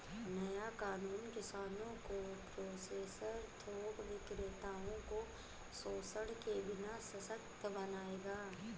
नया कानून किसानों को प्रोसेसर थोक विक्रेताओं को शोषण के बिना सशक्त बनाएगा